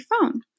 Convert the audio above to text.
phone